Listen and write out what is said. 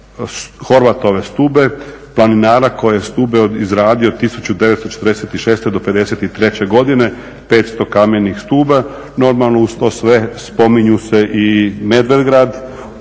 Horvatove stube, planinara koji je stube izradio 1946. do '53. godine 500 kamenih stuba. Normalno uz to sve spominju se Medvedgrad